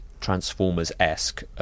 Transformers-esque